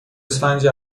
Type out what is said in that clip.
اسفنجی